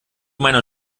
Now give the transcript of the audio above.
meiner